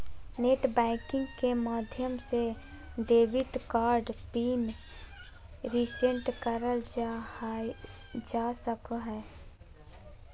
net banking के माध्यम से डेबिट कार्ड पिन रीसेट करल जा सको हय